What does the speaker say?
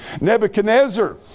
Nebuchadnezzar